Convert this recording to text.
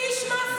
מי ישמע,